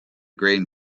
grain